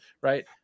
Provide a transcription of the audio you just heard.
right